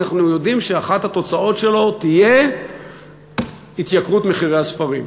אנחנו יודעים שאחת התוצאות שלו תהיה התייקרות הספרים,